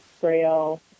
Braille